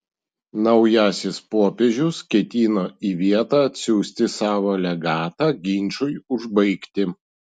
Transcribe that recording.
naujasis popiežius ketino į vietą atsiųsti savo legatą ginčui užbaigti